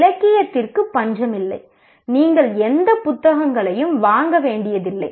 இலக்கியத்திற்கு பஞ்சமில்லை நீங்கள் எந்த புத்தகங்களையும் வாங்க வேண்டியதில்லை